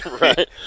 Right